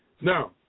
Now